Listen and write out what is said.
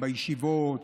בישיבות,